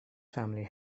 family